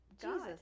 jesus